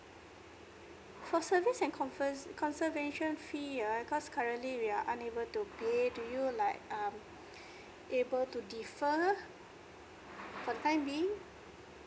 for service and converse conservation fee ah cause currently we are unable to pay do you like um able to defer for the time being